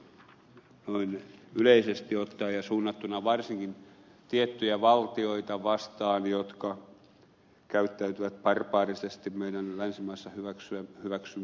mutta noin yleisesti ottaen ja suunnattuna varsinkin tiettyjä valtioita vastaan jotka käyttäytyvät barbaarisesti meidän naisemme saa hyväksyä hyväksi